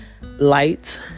light